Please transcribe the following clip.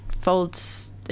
folds